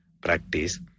practice